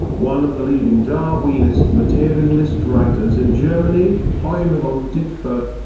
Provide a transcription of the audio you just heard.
one of the leading darwinist-materialist writers in germany, hoimar von ditfurth,